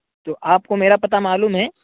تو آپ کو میرا پتا معلوم ہے